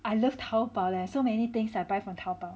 I love Taobao leh so many things I buy from Taobao